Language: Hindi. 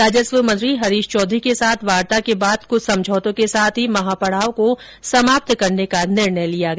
राजस्व मंत्री हरीश चौधरी के साथ वार्ता के बाद कृछ समझौतों के साथ महापड़ाव को समाप्त करने का निर्णय लिया गया